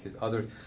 others